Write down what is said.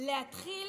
להתחיל